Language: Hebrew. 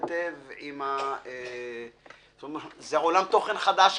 מר אטלן,